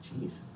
Jeez